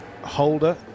Holder